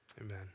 Amen